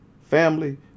family